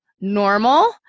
normal